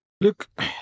Look